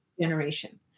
generation